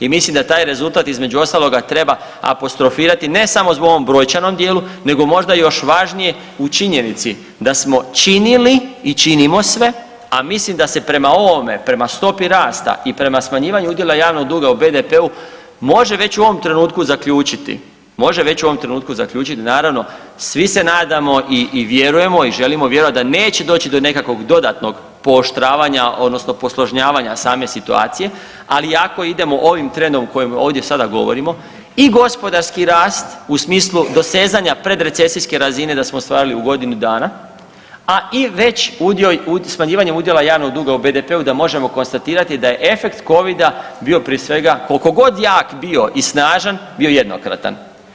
I mislim da taj rezultat između ostaloga treba apostrofirati ne samo u ovom brojčanom dijelu nego možda još važnije u činjenici da smo činili i činimo sve, a mislim da se prema ovome, prema stopi rast i prema smanjivanju udjela javnog duga u BDP-u može već u ovom trenutku zaključiti, može već u ovom trenutku zaključiti naravno svi se nadamo i vjerujemo i želimo vjerovati da neće doći do nekakvog dodatnog pooštravanja odnosno posložnjavanja same situacije, ali ako idemo ovim trendom kojim ovdje sada govorimo i gospodarski rast u smislu dosezanja predrecesijske razine da smo ostvarali u godinu dana, a i veći udio smanjivanje udjela javnog duga u BDP-u da možemo konstatirati da je efekt Covida bio prije svega, koliko god jak bio i snažan bio jednokratan.